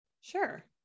Sure